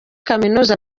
kaminuza